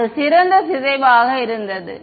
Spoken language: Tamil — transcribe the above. அது சிறந்த சிதைவு ஆக இருந்தது